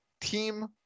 Team